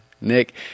Nick –